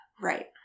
Right